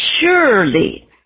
surely